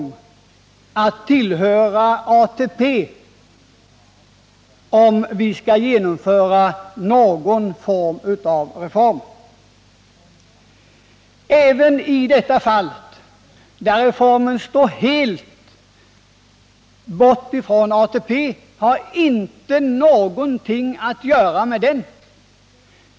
De kräver tvång att tillhöra ATP om vi skall genomföra något slag av reformer — även i detta sammanhang, där den föreslagna reformen är helt fristående från ATP och inte har någonting med ATP att göra.